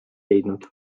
leidnud